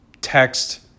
text